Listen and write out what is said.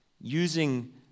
using